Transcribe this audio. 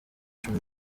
cumi